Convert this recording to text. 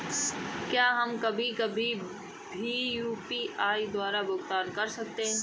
क्या हम कभी कभी भी यू.पी.आई द्वारा भुगतान कर सकते हैं?